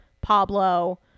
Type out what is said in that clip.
Pablo